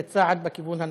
זה צעד בכיוון הנכון.